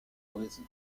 brésil